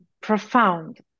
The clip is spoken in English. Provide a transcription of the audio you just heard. profound